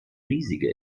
riesige